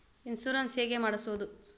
Insurance ಹೇಗೆ ಮಾಡಿಸುವುದು?